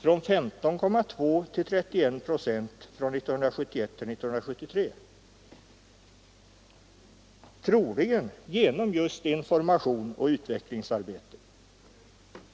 från 15,2 till 31 procent från 1971 till 1973. Troligen är det information och utvecklingsarbete som har bidragit till det.